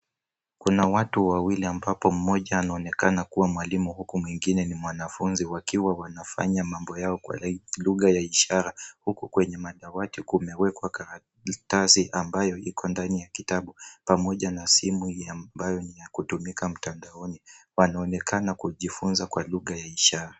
Kuna watu wawili ambapo mmoja anaonekana kuwa mwalimu na wengine ni mwanafunzi, wakiwa wanafanya mambo yao kwa lugha ya ishara, huku kwenye madawati kumewekwa karatasi ambayo iko ndani ya kitabu pamoja na simu amabayo ni ya kutumika mtandaoni. Wanaonekana kujifunza lugha ya ishara.